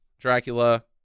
Dracula